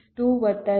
15 2